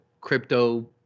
crypto